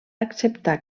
acceptar